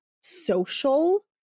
social